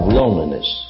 loneliness